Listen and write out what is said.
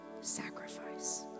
sacrifice